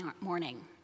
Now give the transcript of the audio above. morning